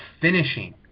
finishing